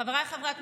חבריי חברי הכנסת.